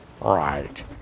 Right